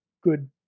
good